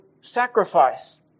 sacrifice